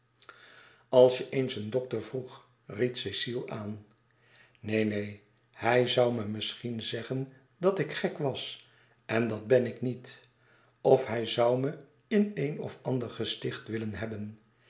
als je eens een dokter vroeg ried cecile aan neen neen hij zoû me misschien zeggen dat ik gek was en dat ben ik niet of hij zoû me in een of ander gesticht willen hebben